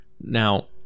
Now